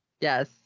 Yes